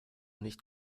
nicht